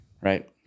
right